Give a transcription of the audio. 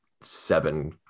seven